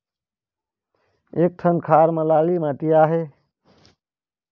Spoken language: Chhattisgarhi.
एक ठन खार म लाली माटी आहे?